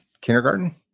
kindergarten